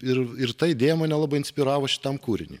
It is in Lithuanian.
ir ir ta idėja mane labai inspiravo šitam kūriniui